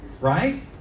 Right